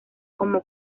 como